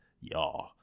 y'all